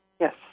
Yes